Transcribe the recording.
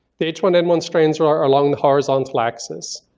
the h one n one strains are are along the horizontal axis.